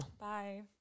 Bye